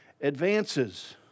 advances